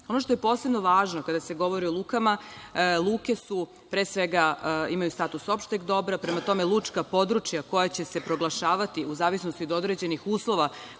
što je posebno važno kada se govori o lukama, luke su, pre svega, imaju status opšteg dobra. Prema tome, lučka područja koja će se proglašavati u zavisnosti od određenih uslova